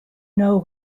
know